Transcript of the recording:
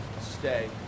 stay